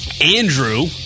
Andrew